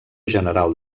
general